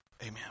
Amen